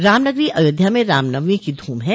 राम नगरी अयोध्या मं राम नवमी की धूम है